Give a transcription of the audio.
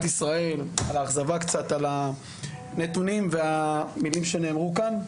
ישראל שבהן הן מביעות אכזבה מהנתונים ומהמילים שנאמרו כאן.